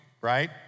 right